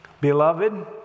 Beloved